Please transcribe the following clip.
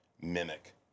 mimic